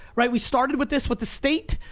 right, we started with this with the state,